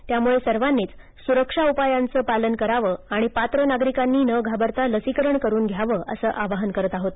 त्यामुळे सर्वांनीच सुरक्षा उपायांचं पालन करावं आणि पात्र नागरिकांनी न घाबरता लसीकरण करून घ्यावं असं आवाहन करत आहोत